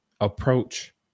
approach